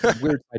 Weird